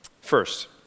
First